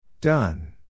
Done